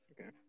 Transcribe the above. okay